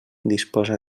disposa